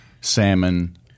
salmon